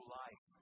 life